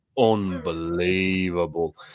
Unbelievable